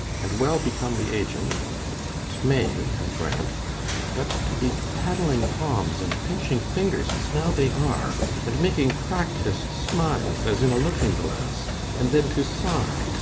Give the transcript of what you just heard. and well become the agent t may, i grant but to be paddling palms and pinching fingers, as now they are and making practis'd smiles as in a looking-glass and then to sigh,